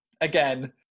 Again